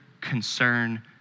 concern